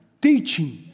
teaching